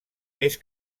més